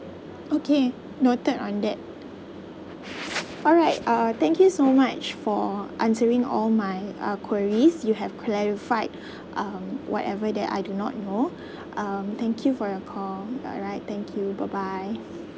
okay noted on that alright uh thank you so much for answering all my uh queries you have clarified um whatever that I do not know um thank you for your calm alright thank you bye bye